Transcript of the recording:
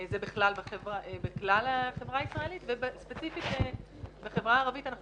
זה בכלל החברה הישראלית וספציפית בחברה הערבית אנחנו